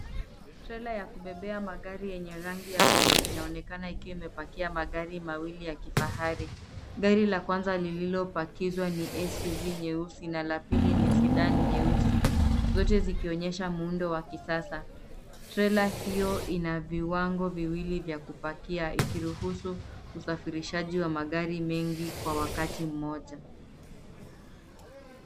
Trela ya kubebea magari yenye rangi ya blue inaonekana ikiwa imepakia magari mawili ya kifahari. Gari la kwanza lililopakizwa ni s uv nyelusi na la pili ni sedan nyeusi zote zikionyesha muundo wa kisasa. Trela hiyo ina viwango viwili vya kupakia ikiruhusu kusafirishaji wa magari mengi kwa wakati mmoja.